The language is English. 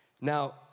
Now